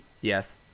Yes